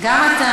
זה לא אני,